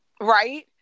right